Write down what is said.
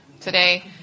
today